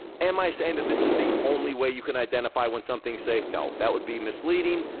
am i saying that this is the only way you can identify when something's safe? no, that would be misleading.